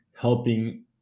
helping